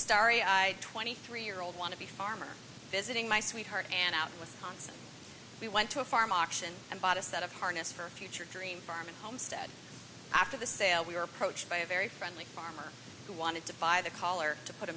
eyed twenty three year old want to be farmer visiting my sweetheart and out in wisconsin we went to a farm auction and bought a set of harness for a future dream farm and homestead after the sale we were approached by a very friendly farmer who wanted to buy the collar to put a